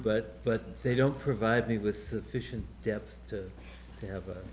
but but they don't provide me with sufficient depth to have